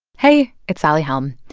hey. it's sally helm.